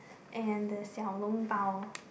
and the Xiao long bao